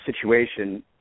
situation